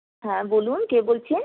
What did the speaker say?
হ্যাঁ বলুন কে বলছেন